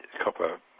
copper